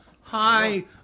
Hi